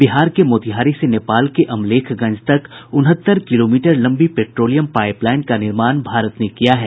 बिहार के मोतिहारी से नेपाल के अमलेखगंज तक उनहत्तर किलोमीटर लम्बी पेट्रोलियम पाइप लाइन का निर्माण भारत ने किया है